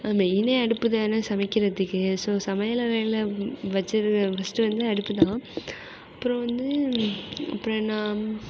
மெயினே அடுப்புதானே சமைக்கிறதுக்கு ஸோ சமையல் அறையில் வச்சிருக்க ஃபஸ்ட்டு வந்து அடுப்பு தான் அப்புறம் வந்து அப்புறம் என்ன